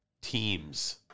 teams